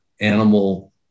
animal